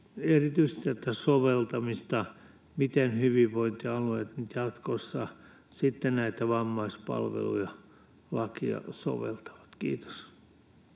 erityisesti tätä lain soveltamista: miten hyvinvointialueet nyt jatkossa sitten näitä vammaispalveluja, lakia, soveltavat. — Kiitos.